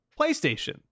PlayStation